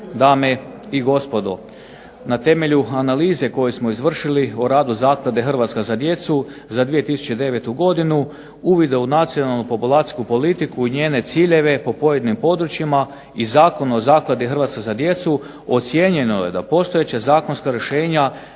dame i gospodo. Na temelju analize koje smo izvršili o radu zaklade "Hrvatska za djecu" za 2009. godinu, uvide u nacionalnu populacijsku politiku i njene ciljeve po pojedinim područjima i Zakon o zakladi "Hrvatska za djecu", ocijenjeno je da postojeća zakonska rješenja